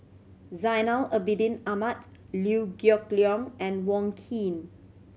Zainal Abidin Ahmad Liew Geok Leong and Wong Keen